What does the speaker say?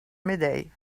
midday